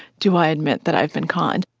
do i admit that i've been conned?